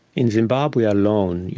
in zimbabwe alone,